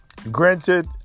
Granted